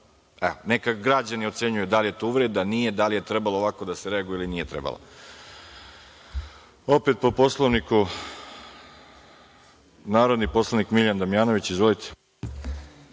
neka građani ocenjuju da li je to uvreda, nije, da li je trebalo ovako da se reaguje ili nije trebalo. Opet po Poslovniku, narodni poslanik Miljan Damjanović. Izvolite.